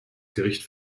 gericht